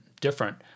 different